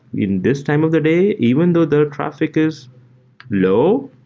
in this time of their day, even though the traffic is low,